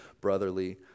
brotherly